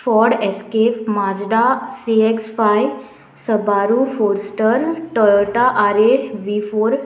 ford escape Mazda C X five Subaru forester Toyota R A V four